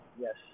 Yes